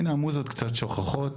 הנה המוזות קצת שוככות